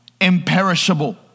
imperishable